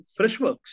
Freshworks